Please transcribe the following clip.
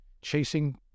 chasing